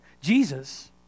Jesus